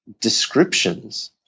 descriptions